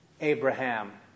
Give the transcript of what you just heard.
Abraham